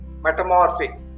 Metamorphic